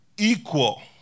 Equal